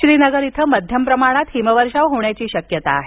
श्रीनगर इथं मध्यम प्रमाणात हिमवर्षाव होण्याची शक्यता आहे